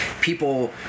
People